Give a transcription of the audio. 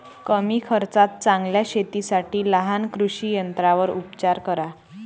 कमी खर्चात चांगल्या शेतीसाठी लहान कृषी यंत्रांवर उपचार करा